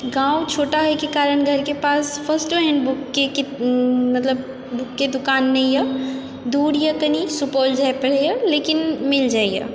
गाँव छोटा होयके कारण घरकेँ पास फर्स्टो हैण्ड बुकके मतलब बुकके दोकान नहिए दूरए कनि सुपौल जाइ पड़ैए लेकिन मिल जाइए